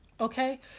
Okay